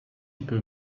peut